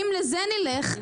שאם לזה נלך,